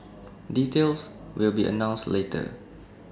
details will be announced later